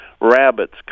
rabbits